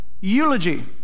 eulogy